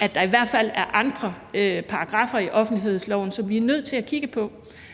at der i hvert fald er andre paragraffer i offentlighedsloven, som vi er nødt til at kigge på,